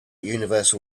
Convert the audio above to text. universal